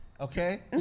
Okay